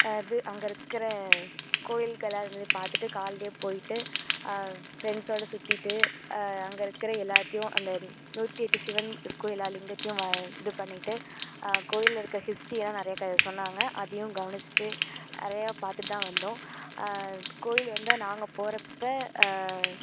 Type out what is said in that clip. இது அங்கே இருக்கிற கோயில்களை இருந்து பார்த்துட்டு காலையே போயிட்டு ஃப்ரெண்ட்ஸோடு சுற்றிட்டு அங்கே இருக்கிற எல்லாத்தேயும் அந்த நூற்றி எட்டு சிவன் இருக்கும் எல்லா லிங்கத்தையும் வா இது பண்ணிவிட்டு கோயிலில் இருக்கற ஹிஸ்ட்ரி எல்லாம் நிறையா க சொன்னாங்க அதையும் கவனித்துட்டு நிறையா பார்த்துட்டு தான் வந்தோம் கோயில் வந்து நாங்கள் போகிறப்ப